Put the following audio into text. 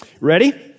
Ready